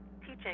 teaching